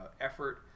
effort